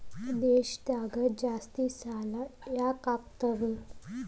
ದೇಶದಾಗ ಜಾಸ್ತಿಸಾಲಾ ಯಾಕಾಗ್ತಾವ?